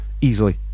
easily